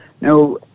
Now